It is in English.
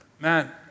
man